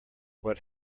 what